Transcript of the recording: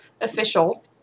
official